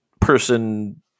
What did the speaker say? person